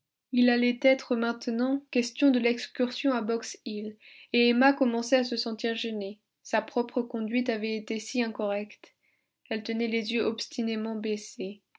il allait être maintenant question de l'excursion à box hill et emma commençait à se sentir gênée sa propre conduite avait été si incorrecte elle tenait les yeux obstinément baissés